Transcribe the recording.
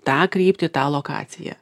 tą kryptį tą lokaciją